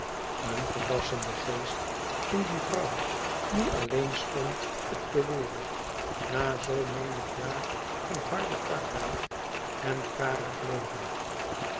een verrassende geest in die vrouw die alleen stond op de wereld na zoo menig jaar van harden arbeid en karig leven